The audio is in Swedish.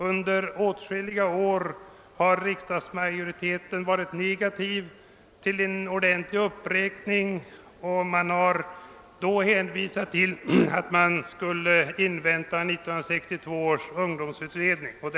Under åtskilliga år har riksdagsmajoriteten varit negativt inställd till en ordentlig uppräkning av anslaget. Man har därvid hänvisat till att vi borde invänta resultatet av 1962 års ungdomsutredning.